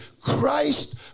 Christ